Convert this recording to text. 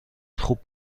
خوب